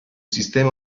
sistema